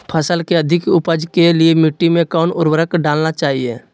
फसल के अधिक उपज के लिए मिट्टी मे कौन उर्वरक डलना चाइए?